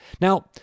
now